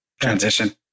transition